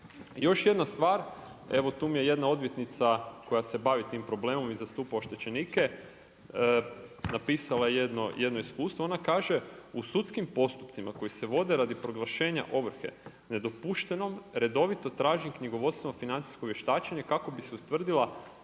Još jedna stvar, evo tu mi je jedna odvjetnica koja se bavi tim problemom i zastupa oštećenike napisala jedno iskustvo, ona kaže u sudskim postupcima koji se vode radi proglašenja ovrhe nedopuštenom redovito tražim knjigovodstvo financijsko vještačenje kako bi se ustvrdila